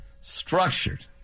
Structured